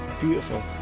Beautiful